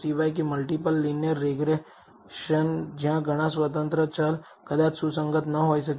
સિવાય કે multiple linear regression જ્યાં ઘણા સ્વતંત્ર ચલ કદાચ સુસંગત ન હોઈ શકે